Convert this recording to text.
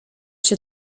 się